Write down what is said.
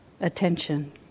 attention